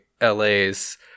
LA's